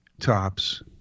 tops